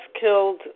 killed